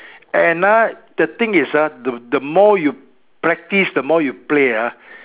and ah the thing is ah the the more you practice the more you play ah